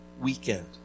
Weekend